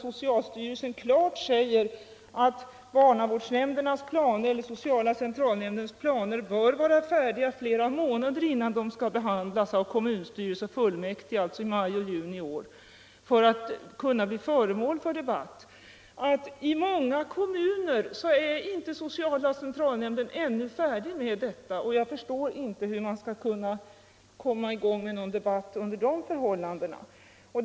Socialstyrelsen säger klart ifrån att sociala centralnämndens planer bör vara färdiga flera månader innan de skall behandlas i kommunstyrelser och fullmäktige, alltså i maj och juni i år, för att kunna bli föremål för debatt i vida kretsar. I många kommuner är emellertid sociala centralnämnden ännu inte färdig med detta, och jag förstår inte hur man under sådana förhållanden skall få i gång en debatt.